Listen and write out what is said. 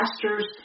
pastors